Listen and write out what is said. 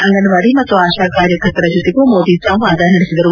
ಅಂಗನವಾಡಿ ಮತ್ತು ಆಶಾ ಕಾರ್ಯಕರ್ತರ ಜತೆಗೂ ಮೋದಿ ಸಂವಾದ ನಡೆಸಿದರು